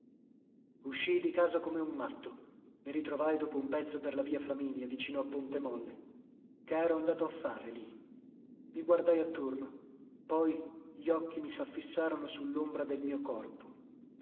uscii di casa come un matto i ritrovai dopo un pezzo per la via flaminia vicino a ponte molle che ero andato a far lì i guardai attorno poi gli occhi mi saffisarono su lombra del mio corpo